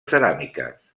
ceràmiques